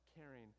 caring